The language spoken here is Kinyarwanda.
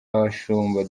abashumba